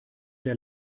der